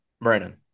Brandon